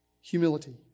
Humility